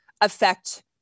affect